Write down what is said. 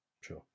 Sure